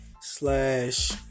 slash